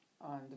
on